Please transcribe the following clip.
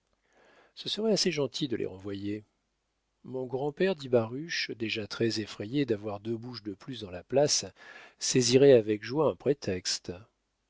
ce serait assez gentil de les renvoyer mon grand-père dit baruch déjà très effrayé d'avoir deux bouches de plus dans la place saisirait avec joie un prétexte